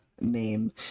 name